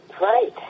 Right